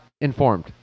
informed